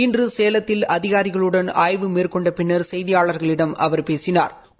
இன்று சேலத்தில் அதிகாரிகளுடன் ஆய்வு மேற்கொண்ட பின்னர் செய்தியாளர்களிடம் அவர் பேசினா்